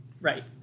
right